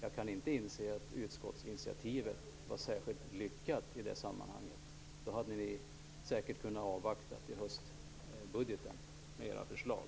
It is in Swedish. Jag anser inte att utskottsinitiativet var särskilt lyckat i det sammanhanget. Ni hade säkert kunnat avvakta till höstbudgeten med era förslag.